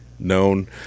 known